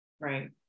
Right